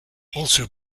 also